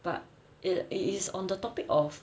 but it is on the topic of